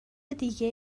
دیگه